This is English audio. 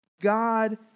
God